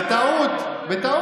בטעות.